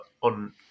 on